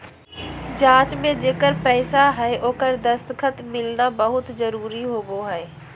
जाँच में जेकर पैसा हइ ओकर दस्खत मिलना बहुत जरूरी होबो हइ